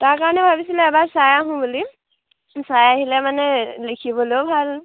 তাৰকাৰণে ভাবিছিলোঁ এবাৰ চাই আহোঁ বুলি চাই আহিলে মানে লিখিবলৈও ভাল